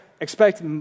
expect